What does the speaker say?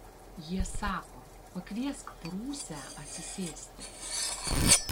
jie sako pakviesk prūsę atsisėsti